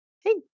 Hey